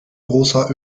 großer